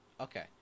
Okay